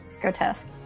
Grotesque